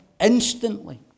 instantly